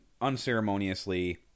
unceremoniously